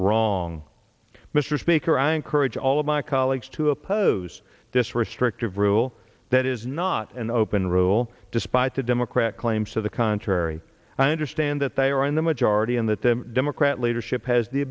wrong mr speaker i encourage all of my colleagues to oppose this restrictive rule that is not an open rule despite the democrat claims to the contrary i understand that they are in the majority and that the democrat leadership has the